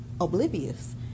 oblivious